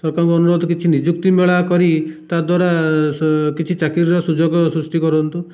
ସରକାରଙ୍କୁ ଅନୁରୋଧ କିଛି ନିଯୁକ୍ତି ମେଳା କରି ତା'ଦ୍ଵାରା କିଛି ଚାକିରିର ସୁଯୋଗ ସୃଷ୍ଟି କରନ୍ତୁ